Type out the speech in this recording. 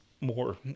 more